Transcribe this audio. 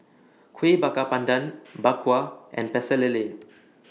Kuih Bakar Pandan Bak Kwa and Pecel Lele